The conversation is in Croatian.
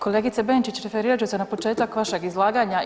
Kolegice Benčić referirat ću se na početak vašeg izlaganja.